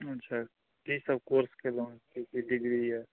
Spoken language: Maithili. अच्छा की सब कोर्स केलहुॅं ओहिके डिग्री अछि